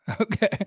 Okay